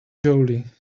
jolie